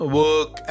work